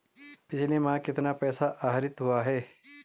पिछले माह कितना पैसा आहरित हुआ है?